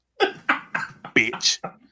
Bitch